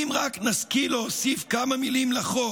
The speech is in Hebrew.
אם רק נשכיל להוסיף כמה מילים לחוק,